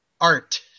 art